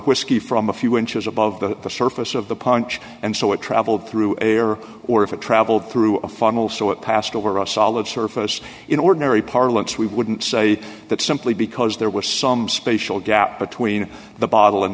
whisky from a few inches above the surface of the punch and so it traveled through air or if it traveled through a funnel so it passed over a solid surface in ordinary parlance we wouldn't say that simply because there was some spatial gap between the bottle and